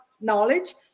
knowledge